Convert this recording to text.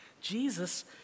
Jesus